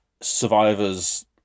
survivors